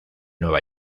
nueva